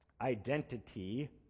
identity